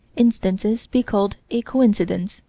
instances be called a coincidence.